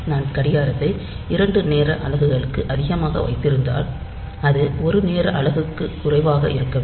நான் கடிகாரத்தை இரண்டு நேர அலகுகளுக்கு அதிகமாக வைத்திருந்தால் அது ஒரு நேர அலகுக்கு குறைவாக இருக்க வேண்டும்